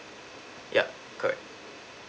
yup correct